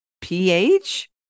pH